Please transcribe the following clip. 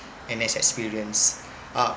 N_S experience ah